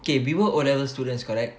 okay we were O level students correct